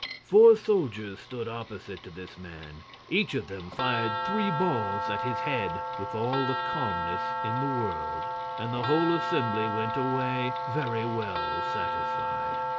four soldiers stood opposite to this man each of them fired three balls at his head, with all the calmness in the world and the whole assembly went away very well satisfied.